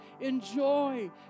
enjoy